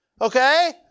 Okay